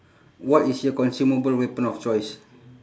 what is your consumable weapon of choice